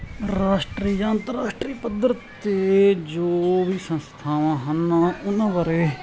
ਰਾਸ਼ਟਰੀ ਅੰਤਰਰਾਸ਼ਟਰੀ ਪੱਧਰ ਤੇ ਜੋ ਵੀ ਸੰਸਥਾਵਾਂ ਹਨ ਉਹਨਾਂ ਬਾਰੇ